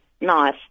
nice